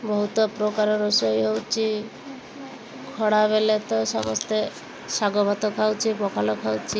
ବହୁତ ପ୍ରକାର ରୋଷେଇ ହେଉଛି ଖରା ବେଳେ ତ ସମସ୍ତେ ଶାଗ ଭାତ ଖାଉଛି ପଖାଳ ଖାଉଛି